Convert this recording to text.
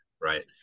right